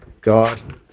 God